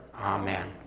amen